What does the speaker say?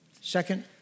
Second